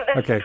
Okay